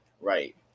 right